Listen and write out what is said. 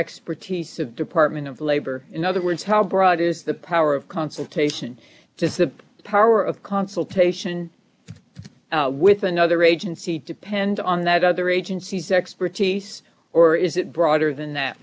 expertise to department of labor in other words how broad is the power of consultation does the power of consultation with another agency depend on that other agencies expertise or is it broader than that